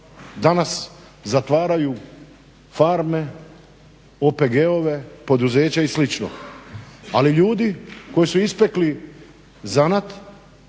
Danas zatvaraju farme, OPG-ove, poduzeća i slično. Ali ljudi koji su ispekli zanat